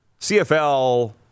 CFL